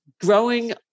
growing